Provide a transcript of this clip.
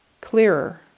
clearer